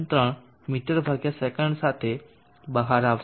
3 મી સે સાથે બહાર આવશે